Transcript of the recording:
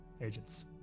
agents